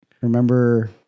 Remember